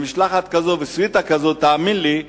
משלחת כזאת בסוויטה כזאת, תאמין לי,